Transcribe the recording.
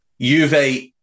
Juve